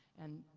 and,